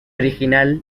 original